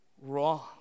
wrong